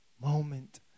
moment